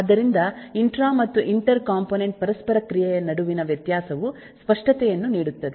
ಆದ್ದರಿಂದ ಇಂಟ್ರಾ ಮತ್ತು inter component ಪರಸ್ಪರ ಕ್ರಿಯೆಯ ನಡುವಿನ ವ್ಯತ್ಯಾಸವು ಸ್ಪಷ್ಟತೆಯನ್ನು ನೀಡುತ್ತದೆ